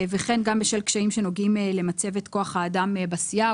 וכן גם בשל קשיים שנוגעים למצבת כוח האדם בסיעה.